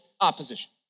opposition